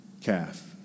calf